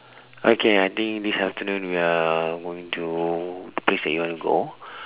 okay I think this afternoon we are going to the place that you want to go